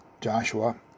Joshua